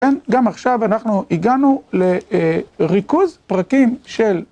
כן, גם עכשיו אנחנו הגענו לריכוז פרקים של...